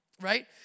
right